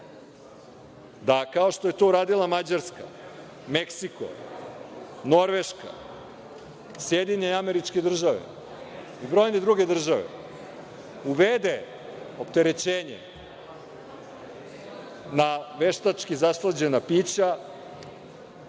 da kao što je to uradila Mađarska, Meksiko, Norveška, SAD i brojne druge države uvede opterećenje na veštački zaslađena pića,